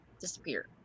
disappear